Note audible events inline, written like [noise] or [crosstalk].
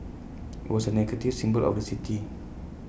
[noise] was A negative symbol of the city